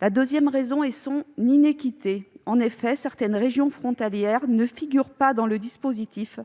La deuxième raison est l'iniquité de cette prime. En effet, certaines régions frontalières ne figurent pas dans le dispositif.